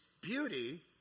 beauty